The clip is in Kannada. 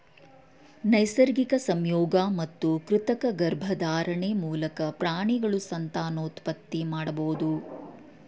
ನೈಸರ್ಗಿಕ ಸಂಯೋಗ ಮತ್ತು ಕೃತಕ ಗರ್ಭಧಾರಣೆ ಮೂಲಕ ಪ್ರಾಣಿಗಳು ಸಂತಾನೋತ್ಪತ್ತಿ ಮಾಡಬೋದು